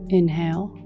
Inhale